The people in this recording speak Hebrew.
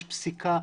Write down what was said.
יש פסיקה,